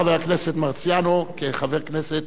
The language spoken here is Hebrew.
חבר הכנסת מרציאנו, כחבר כנסת